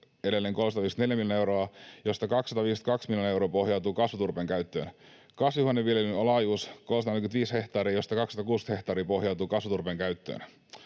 edelleen 354 miljoonaa euroa, josta 252 miljoonaa euroa pohjautuu kasvuturpeen käyttöön. Kasvihuoneviljelyn laajuus: 345 hehtaaria, josta 260 hehtaaria pohjautuu kasvuturpeen käyttöön.